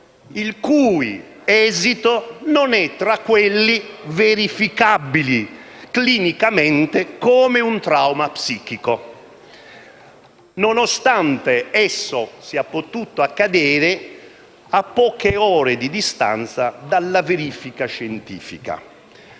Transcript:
il cui esito non è tra quelli verificabili clinicamente come un trauma psichico, nonostante esso sia potuto accadere a poche ore di distanza dalla verifica scientifica.